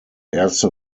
erste